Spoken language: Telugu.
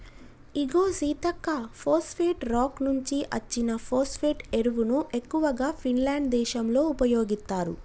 ఇగో సీతక్క పోస్ఫేటే రాక్ నుంచి అచ్చిన ఫోస్పటే ఎరువును ఎక్కువగా ఫిన్లాండ్ దేశంలో ఉపయోగిత్తారు